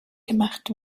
gemacht